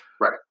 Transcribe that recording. Right